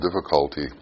difficulty